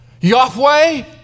Yahweh